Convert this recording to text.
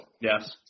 Yes